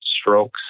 strokes